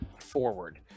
forward